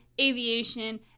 aviation